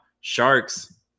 Sharks